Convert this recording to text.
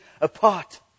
apart